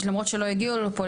למרות שהם לא הגיעו לפה,